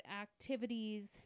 activities